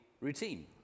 routine